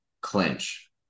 clinch